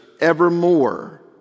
evermore